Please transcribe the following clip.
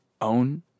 own